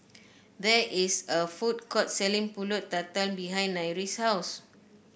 there is a food court selling pulut tatal behind Nyree's house